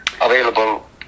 available